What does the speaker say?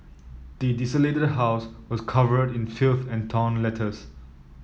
the desolated house was covered in filth and torn letters